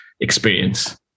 experience